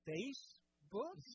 Facebook